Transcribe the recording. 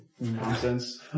nonsense